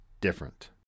different